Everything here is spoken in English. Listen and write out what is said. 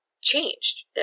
changed